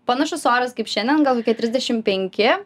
panašus oras kaip šiandien gal kokie trisdešimt penki